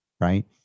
right